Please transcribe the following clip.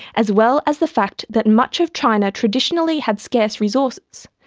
as well as the fact that much of china traditionally had scarce resources,